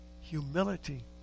humility